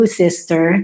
sister